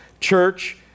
Church